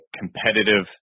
competitive